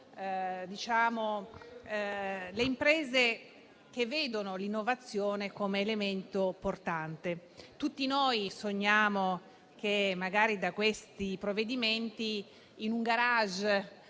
quelle imprese che vedono l'innovazione come elemento portante. Tutti noi sogniamo che da questi provvedimenti, in un garage